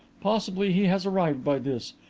possibly he has arrived by this.